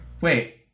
Wait